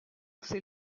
ces